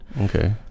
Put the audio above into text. okay